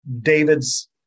David's